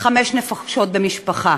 חמש נפשות במשפחה.